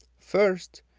first,